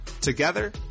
Together